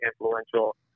influential